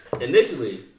initially